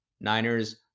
niners